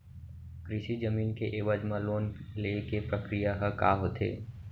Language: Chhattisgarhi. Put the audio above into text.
कृषि जमीन के एवज म लोन ले के प्रक्रिया ह का होथे?